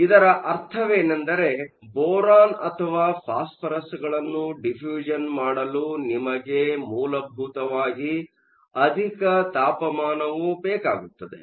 ಇದರ ಅರ್ಥವೇನೆಂದರೆ ಬೋರಾನ್ ಅಥವಾ ಫಾಸ್ಪರಸ್ಗಳನ್ನು ಡಿಫೂ಼ಷ಼ನ್ ಮಾಡಲು ನಿಮಗೆ ಮೂಲಭೂತವಾಗಿ ಅಧಿಕ ತಾಪಮಾನವು ಬೇಕಾಗುತ್ತದೆ